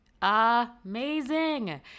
Amazing